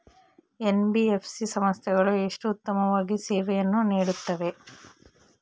NBFC ಸಂಸ್ಥೆಗಳು ಎಷ್ಟು ಉತ್ತಮವಾಗಿ ಸೇವೆಯನ್ನು ನೇಡುತ್ತವೆ?